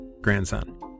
grandson